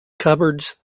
cupboards